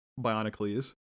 Bionicles